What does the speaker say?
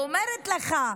ואומרת לך: